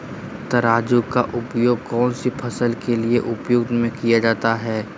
तराजू का उपयोग कौन सी फसल के उपज में किया जाता है?